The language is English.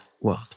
world